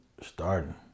Starting